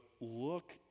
look